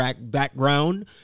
background